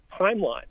timeline